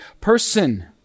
person